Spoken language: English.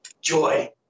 Joy